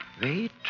Wait